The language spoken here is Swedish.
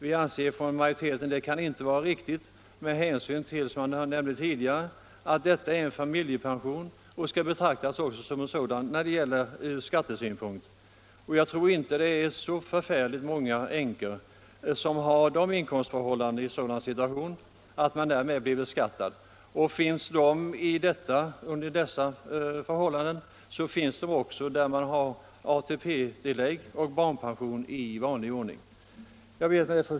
I utskottsmajoriteten har vi emellertid inte ansett detta vara riktigt med hänsyn till — som jag nämnde tidigare — att detta är en familjepension och skall betraktas som en sådan från skattesynpunkt. Jag tror inte att det är så särskilt många änkor som i en sådan situation har inkomster som blir beskattade, men om det finns sådana änkor har de troligen också ATP-tillägg och barnpension i vanlig ordning. Fru talman!